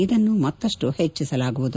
ಇದನ್ನು ಮತ್ತಷ್ಟು ಹೆಚ್ಚಿಸಲಾಗುವುದು